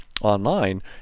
online